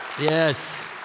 Yes